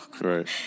Right